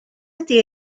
ydy